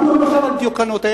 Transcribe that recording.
אנחנו מדברים על דיוקנותיהם.